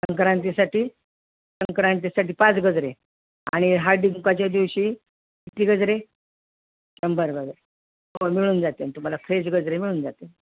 संक्रांतीसाठी संक्रांतीसाठी पाच गजरे आणि हळदीकुंकवाच्या दिवशी किती गजरे शंभर वगैरे हो मिळून जातीन तुम्हाला फ्रेश गजरे मिळून जातील